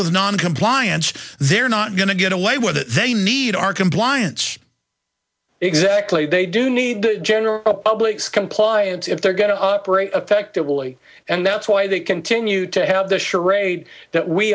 with noncompliance they're not going to get away with it they need our compliance exactly they do need the general public's compliance if they're going to effectively and that's why they continue to have the charade that we